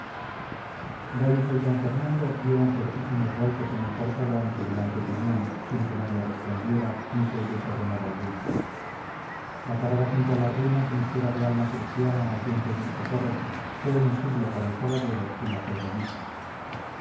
d fernando dieron fuertísimos golpes en el portalón que delante tenían sin que nadie respondiera ni se oyese rumor alguno la parada junto a las ruinas en espera de alma cristiana a quien pedir socorro fue un siglo para el caballero y las dos damitas